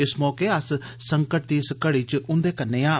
इस मौके अस्स संकट दी घड़ी च उन्दे कन्नै आं